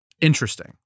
interesting